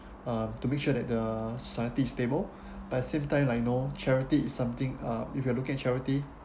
uh to make sure that the society is stable but at same time I know charity is something uh if you looking at charity